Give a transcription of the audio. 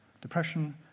depression